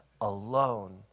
alone